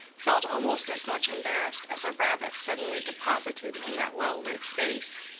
felt almost as much embarrassed as a rabbit suddenly deposited in that well-lit-space.